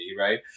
right